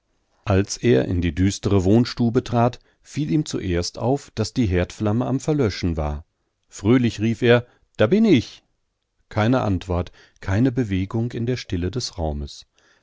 als er in die düstere wohnstube trat fiel ihm zuerst auf daß die herdflamme am verlöschen war fröhlich rief er da bin ich keine antwort keine bewegung in der stille des raumes